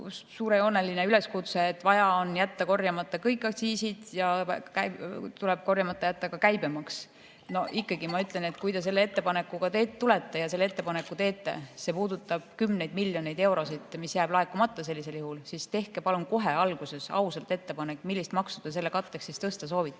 suurejooneline üleskutse, et vaja on jätta korjamata kõik aktsiisid ja tuleb korjamata jätta ka käibemaks. Ikkagi ma ütlen, et kui te selle ettepanekuga tulete ja selle ettepaneku teete – see puudutab kümneid miljoneid eurosid, mis jääb laekumata, ja siis tehke palun kohe alguses ausalt ettepanek, millist maksu te selle katteks tõsta soovite.